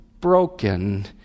broken